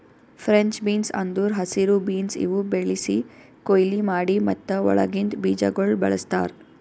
French beans ಅಂದುರ್ ಹಸಿರು beans ಇವು ಬೆಳಿಸಿ, ಕೊಯ್ಲಿ ಮಾಡಿ ಮತ್ತ ಒಳಗಿಂದ್ ಬೀಜಗೊಳ್ ಬಳ್ಸತಾರ್